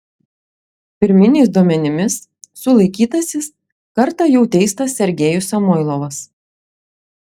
pirminiais duomenimis sulaikytasis kartą jau teistas sergejus samoilovas